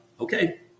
okay